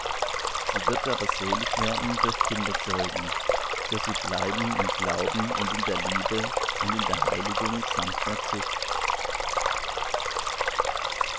sie wird aber selig werden durch kinderzeugen so sie bleiben im glauben und in der liebe und in der heiligung samt der zucht